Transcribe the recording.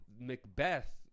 Macbeth